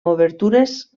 obertures